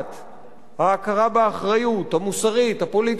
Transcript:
ההכרה באחריות המוסרית, הפוליטית, החברתית,